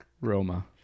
Roma